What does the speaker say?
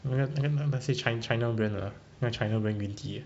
那个 是 chi~ china brand 的 uh china brand green tea